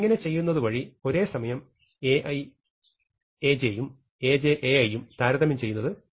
ഇങ്ങനെ ചെയ്യുന്നത് വഴി ഒരേസമയം Ai Aj യും Aj Ai യും താരതമ്യം ചെയ്യുന്നത് ഒഴിവാക്കാനാകും